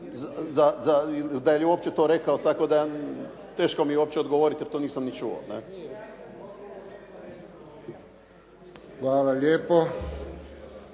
da li je uopće to rekao, tako da teško mi je uopće odgovoriti, jer to nisam ni čuo ne.